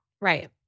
Right